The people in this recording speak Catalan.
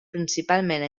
principalment